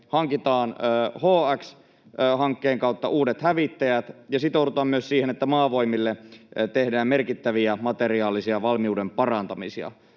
hankitaan HX-hankkeen kautta uudet hävittäjät ja sitoudutaan myös siihen, että parannetaan merkittävästi Maavoimien materiaalisia